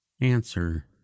answer